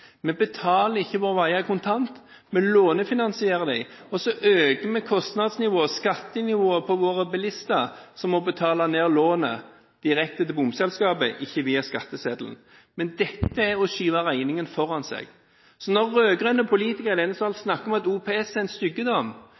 Vi betaler ikke våre veier kontant, vi lånefinansierer dem, og så øker vi kostnadsnivået og skattenivået for våre bilister, som må betale ned lånet direkte til bompengeselskapet, ikke via skatteseddelen. Dette er å skyve regningen foran seg. Rød-grønne politikere i denne sal snakker om at OPS er en styggedom.